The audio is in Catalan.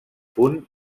punt